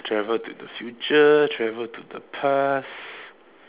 travel to the future travel to the past